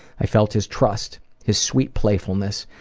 i felt his trust, his sweet playfulness,